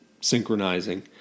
synchronizing